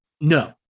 No